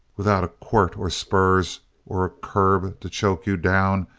without a quirt or spurs or a curb to choke you down,